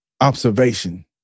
observation